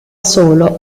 solo